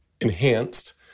enhanced